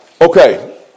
Okay